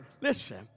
listen